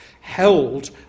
held